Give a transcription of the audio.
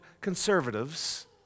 conservatives